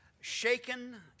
Shaken